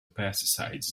pesticides